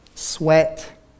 Sweat